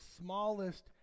smallest